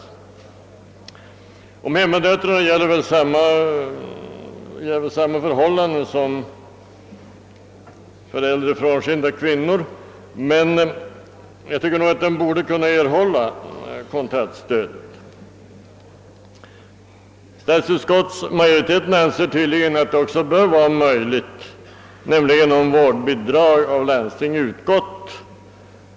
För hemmadöttrarna gäller samma förhållanden som för äldre, frånskilda kvinnor, men jag tycker nog att de borde kunna erhålla kontantstöd. Statsutskottets majoritet anser tydligen att det också bör vara möjligt, om vårdbidrag från landsting utgått.